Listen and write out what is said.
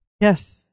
Yes